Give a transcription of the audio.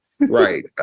Right